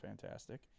fantastic